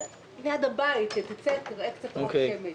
ליד הבית, שתצא ותראה קצת את אור השמש.